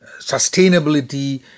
sustainability